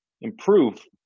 improve